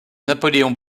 napoléon